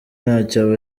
ntacyo